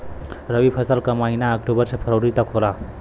रवी फसल क महिना अक्टूबर से फरवरी तक होला